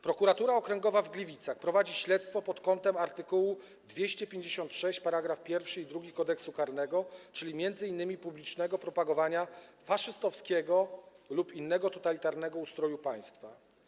Prokuratura Okręgowa w Gliwicach prowadzi śledztwo pod kątem art. 256 § 1 i 2 Kodeksu karnego, czyli m.in. publicznego propagowania faszystowskiego lub innego totalitarnego ustroju państwa.